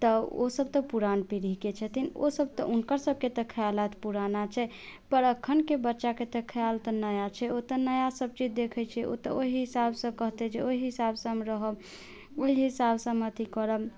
तऽ ओ सब तऽ पुरान पीढ़ीके छथिन ओ सब तऽ हुनकर सबके खयालात पुराना छै पर एखनके बच्चाके तऽ ख्याल तऽ नया छै ओ तऽ नया सब चीज देखै छै ओ तऽ ओहि हिसाबसँ कहतै जे ओइ हिसाबसँ हम रहब ओहि हिसाबसँ हम अथी करब